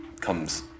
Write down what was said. comes